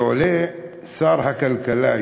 שעולה שר הכלכלה,